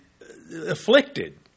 afflicted